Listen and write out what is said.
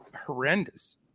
horrendous